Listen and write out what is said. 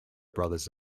brothers